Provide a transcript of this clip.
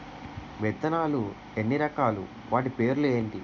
విత్తనాలు ఎన్ని రకాలు, వాటి పేర్లు ఏంటి?